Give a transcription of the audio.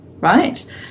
right